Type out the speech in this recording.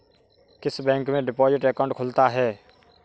किस बैंक में deposit account खुलता है?